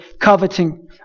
coveting